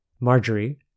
Marjorie